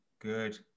good